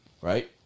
right